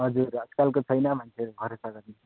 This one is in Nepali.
हजुर आजकलको छैन मान्छेहरू भरोसा गर्ने